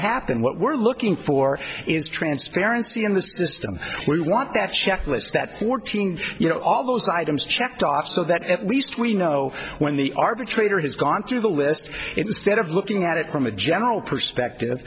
happen what we're looking for is transparency in the system we want that checklist that fourteenth you know all those items checked off so that at least we know when the arbitrator has gone through the list instead of looking at it from a general perspective